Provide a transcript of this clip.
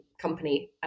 company